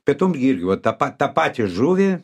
pietum irgi va tą tą patį žuvį